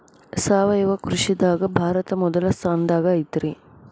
ಸಾವಯವ ಕೃಷಿದಾಗ ಭಾರತ ಮೊದಲ ಸ್ಥಾನದಾಗ ಐತ್ರಿ